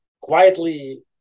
quietly